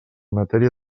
matèria